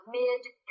mid-